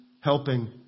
helping